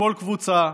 לכל קבוצה,